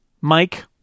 Mike